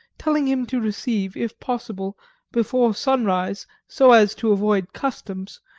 telling him to receive, if possible before sunrise so as to avoid customs,